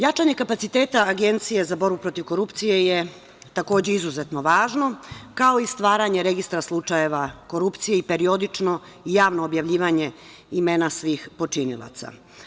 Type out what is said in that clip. Jačanje kapaciteta Agencije za borbu protiv korupcije je, takođe, izuzetno važno, kao i stvaranje registra slučajeva korupcije i periodično javno objavljivanje imena svih počinilaca.